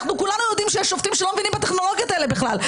כולנו יודעים שיש שופטים שלא מבינים בטכנולוגיות האלה בכלל,